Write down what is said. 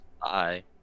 Bye